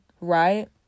right